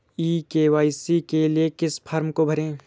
ई KYC के लिए किस फ्रॉम को भरें?